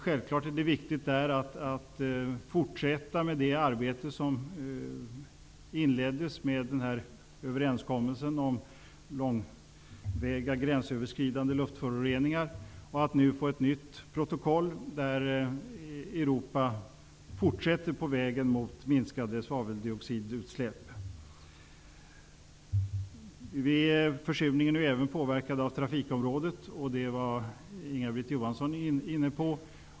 Självklart är det viktigt att fortsätta det arbete som inleddes med överenskommelsen om långväga gränsöverskridande luftföroreningar och att nu få ett nytt protokoll, där Europa fortsätter på vägen mot minskade svaveldioxidutsläpp. Försurningen påverkas även av trafiken, och det var Inga-Britt Johansson inne på.